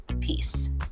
Peace